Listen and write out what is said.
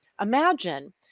Imagine